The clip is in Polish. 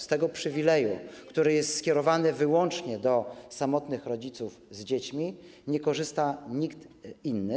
Z tego przywileju, który jest przeznaczony wyłącznie dla samotnych rodziców z dziećmi, nie korzysta nikt inny.